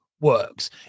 works